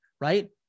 right